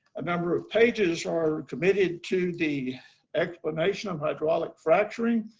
a number of pages are committed to the explanation of hydraulic fracturing,